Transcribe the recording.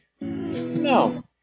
No